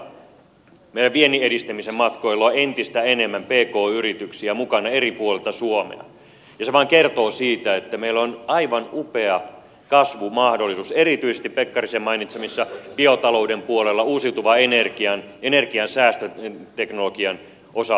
aivan yhtä lailla meidän vienninedistämismatkoilla on entistä enemmän pk yrityksiä mukana eri puolilta suomea ja se vain kertoo siitä että meillä on aivan upea kasvumahdollisuus erityisesti pekkarisen mainitsemalla biotalouden puolella uusiutuvan energiansäästöteknologian osa alueilla